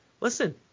Listen